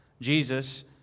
Jesus